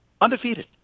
undefeated